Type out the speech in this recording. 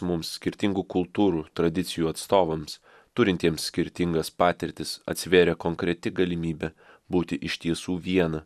mums skirtingų kultūrų tradicijų atstovams turintiems skirtingas patirtis atsivėrė konkreti galimybė būti iš tiesų viena